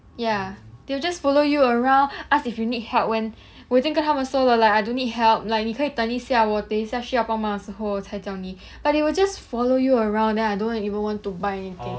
ya they will just follow you around ask if you need help when 我已经跟他们说了 like I don't need help like 你可以等一下我等一下需要帮忙的时候我才叫你 like they will just follow you around then I don't even want to buy anything